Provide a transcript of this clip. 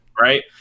Right